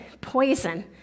poison